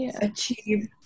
achieve